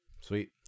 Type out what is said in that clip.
Sweet